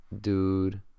dude